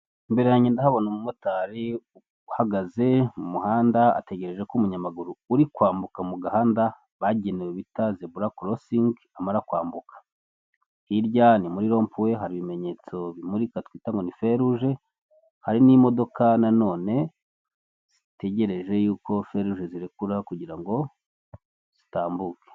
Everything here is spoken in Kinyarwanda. Imbere yanjye ndahabona umumotari uhagaze mu muhanda ategereje ko umunyamaguru uri kwambuka mu gahanda bagenewe bita zeburakorosingi amara kwambuka, hirya muri rompuwe hari ibimenyetso bimurika twita ngo ni feruje, hari n'imodoka nanone zitegereje yuko feruje zirekura kugira ngo zitambuke.